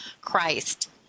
Christ